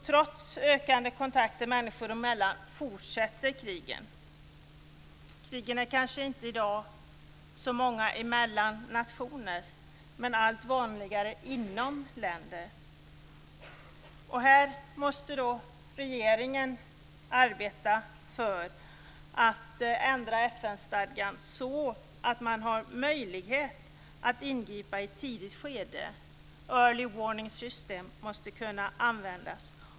Trots ökande kontakter människor emellan fortsätter krigen. Krigen mellan nationer är i dag kanske inte så många men allt vanligare inom länder. Här måste regeringen arbeta för att ändra FN-stadgan så att det blir möjligt att ingripa i ett tidigt skede. Early warning system måste kunna användas.